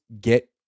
get